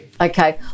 Okay